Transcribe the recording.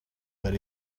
but